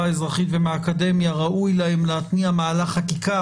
הכלכלית וגם הפוגעניות שיש בהליך הזה לא מצדיקה כשמדובר על סכום כל כך